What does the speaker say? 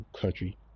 country